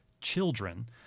children